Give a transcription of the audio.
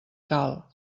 cal